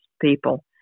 people